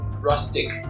rustic